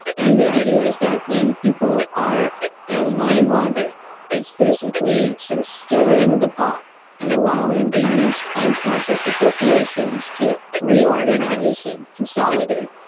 and the idea is that when people are ah mind-wandering, it's basically sort of stirring the pot and allowing these unconscious associations to reorganize and consolidate,